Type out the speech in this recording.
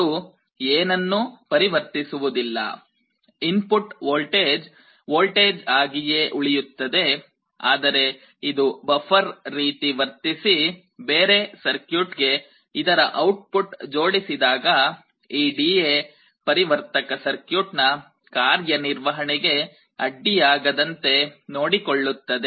ಇದು ಏನನ್ನೂ ಪರಿವರ್ತಿಸುವುದಿಲ್ಲ ಇನ್ಪುಟ್ ವೋಲ್ಟೇಜ್ ವೋಲ್ಟೇಜ್ ಆಗಿಯೇ ಉಳಿಯುತ್ತದೆ ಆದರೆ ಇದು ಬಫರ್ ರೀತಿ ವರ್ತಿಸಿ ಬೇರೆ ಸರ್ಕ್ಯೂಟ್ ಗೆ ಇದರ ಔಟ್ಪುಟ್ ಜೋಡಿಸಿದಾಗ ಈ ಡಿಎ ಪರಿವರ್ತಕ ಸರ್ಕ್ಯೂಟ್DA converter circuit ನ ಕಾರ್ಯ ನಿರ್ವಹಣೆಗೆ ಅಡ್ಡಿಯಾಗಂತೆ ನೋಡಿಕೊಳ್ಳುತ್ತದೆ